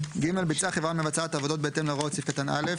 (ג)ביצעה חברה מבצעת עבודות בהתאם להוראות סעיף קטן (א),